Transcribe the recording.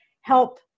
help